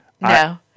no